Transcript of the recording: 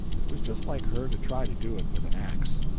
it was just like her to try to do it with an axe.